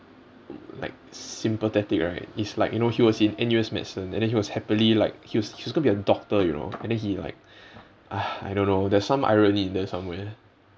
like sympathetic right it's like you know he was in N_U_S medicine and then he was happily like he was he's going to be a doctor you know and then he like ah I don't know there's some irony in there somewhere